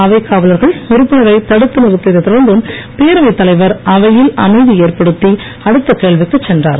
அவைக் காவலர்கள் உறுப்பினரை தடுத்து நிறுத்தியதை தொடர்ந்து பேரவைத் தலைவர் அவையில் அமைதி ஏற்படுத்தி அடுத்த கேள்விக்குச் சென்றார்